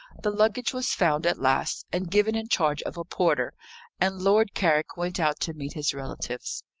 the luggage was found at last, and given in charge of a porter and lord carrick went out to meet his relatives.